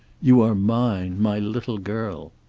you are mine. my little girl.